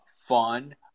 fun